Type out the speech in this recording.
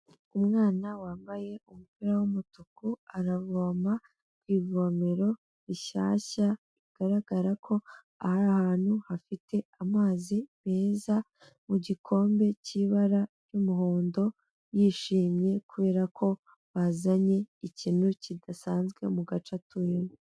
Umwana wambaye umupira w'umutuku aravoma ku ivomero rishyashya, bigaragara ko ari ahantu hafite amazi meza mu gikombe k'ibara ry'umuhondo, yishimye kubera ko bazanye ikintu kidasanzwe mu gace atuyemo.